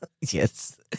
Yes